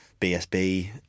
BSB